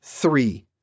Three